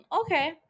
okay